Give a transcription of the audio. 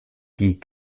die